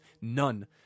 None